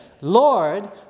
Lord